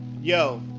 Yo